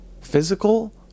physical